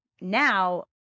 Now